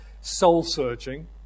soul-searching